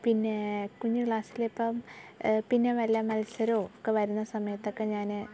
പിന്നേ കുഞ്ഞ് ക്ലാസിലിപ്പം പിന്നെ വല്ല മത്സരമോ ഒക്കെ വരുന്ന സമയത്തൊക്കെ ഞാൻ